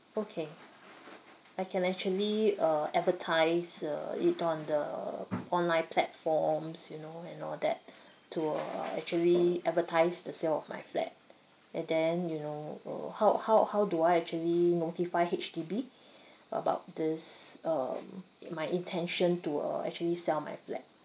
okay I can actually uh advertise uh it on the online platforms you know and all that to uh actually advertise the sale of my flat and then you know uh how how how do I actually notify H_D_B about this um my intention to uh actually sell my flat